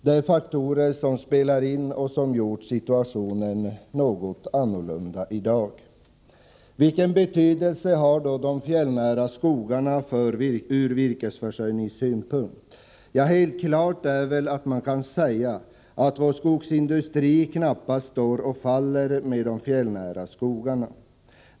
Det är faktorer som spelar in och som gjort att situationen är något annorlunda i dag. Vilken betydelse har då de fjällnära skogarna ur virkesförsörjningssynpunkt? Helt klart är att vår skogsindustri knappast står och faller med de fjällnära skogarna.